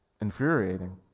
infuriating